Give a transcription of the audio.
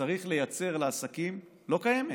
שצריך לייצר לעסקים לא קיימת.